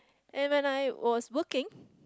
and when I was working